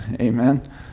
amen